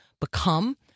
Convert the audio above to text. become